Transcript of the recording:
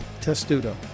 Testudo